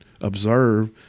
observe